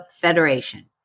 Federation